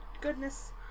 goodness